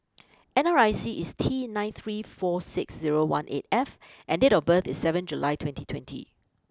N R I C is T nine three four six zero one eight F and date of birth is seven July twenty twenty